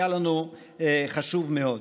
היה לנו חשוב מאוד.